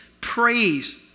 praise